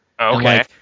Okay